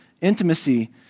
Intimacy